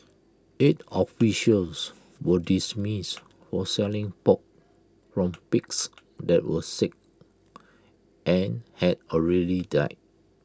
eight officials were dismissed for selling pork from pigs that were sick and had already died